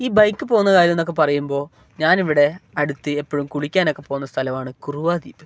ഈ ബൈക്ക് പോകുന്ന കാര്യം എന്നൊക്കെ പറയുമ്പോൾ ഞാൻ ഇവിടെ അടുത്ത് എപ്പഴും കുളിക്കാനൊക്കെ പോകുന്ന സ്ഥലവാണ് കുറുവ ദ്വീപ്